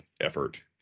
effort